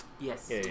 Yes